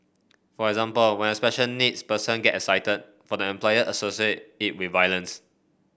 for example when a special needs person get excited for the employer associate it with violence